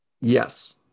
Yes